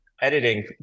editing